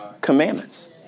commandments